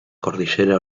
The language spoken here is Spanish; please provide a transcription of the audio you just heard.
cordillera